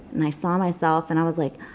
and i saw myself and i was like,